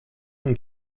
von